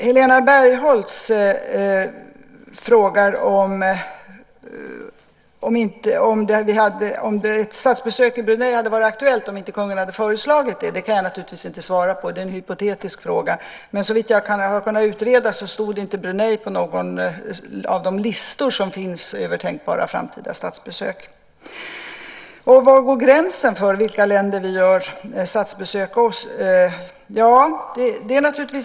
Helena Bargholtz frågar om ett statsbesök i Brunei hade varit aktuellt om inte kungen hade föreslagit det. Det kan jag naturligtvis inte svara på. Det är en hypotetisk fråga. Men såvitt jag har kunnat utreda stod inte Brunei på någon av de listor som finns över tänkbara framtida statsbesök. Var går gränsen för vilka länder vi gör statsbesök i?